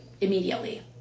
immediately